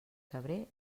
cabré